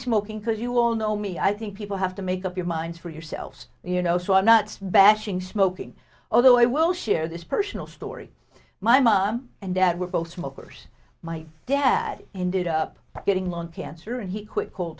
smoking because you all know me i think people have to make up your minds for yourselves you know so i'm not bashing smoking although i will share this personal story my mom and dad were both smokers my dad ended up getting lung cancer and he quit cold